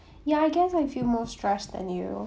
ya I guess I feel more stressed than you